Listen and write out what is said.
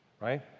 right